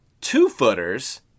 Two-footers